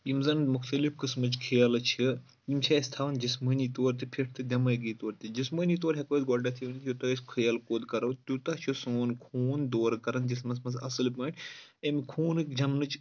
یِم زَن مُختٔلِف قٕسمٕچ کھیلہٕ چھِ یِم چھِ اَسہِ تھاوان جسمٲنی طور تہِ پھِٹ تہٕ دؠمٲغی طور تہِ جسمٲنی طور ہیٚکو أسۍ گۄڈنؠتھٕے وَنتھ یوٗتاہ أسۍ کھیل کوٗد کَرو تیوٗتاہ چھُ سون خوٗن دورٕ کَران جِسمَس منٛز اَصٕل پٲٹھۍ اَمہِ خوٗنٕکۍ جَمنٕچ